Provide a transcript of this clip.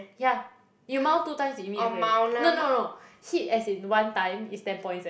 yah you mount two times you immediate failure no no no hit as in one time it's ten points leh